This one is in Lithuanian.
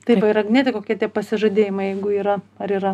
taip ir agniete kokie tie pasižadėjimai jeigu yra ar yra